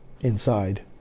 inside